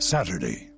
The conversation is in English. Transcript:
Saturday